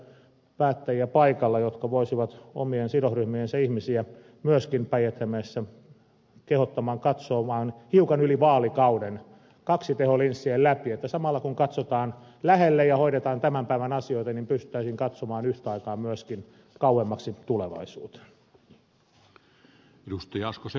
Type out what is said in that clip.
nyt ei paljon ole päättäjiä paikalla jotka voisivat omien sidosryhmiensä ihmisiä myöskin päijät hämeessä kehottaa katsomaan hiukan yli vaalikauden kaksiteholinssien läpi että samalla kun katsotaan lähelle ja hoidetaan tämän päivän asioita pystyttäisiin katsomaan yhtä aikaa myöskin kauemmaksi tulevaisuuteen